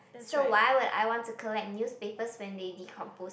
so why would I want to collect newspapers when they decompose